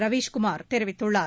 ரவீஷ் குமார் தெரிவித்துள்ளார்